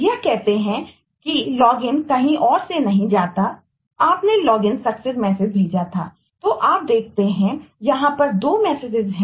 यह कहते हैं लॉगिन है